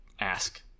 ask